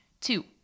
Two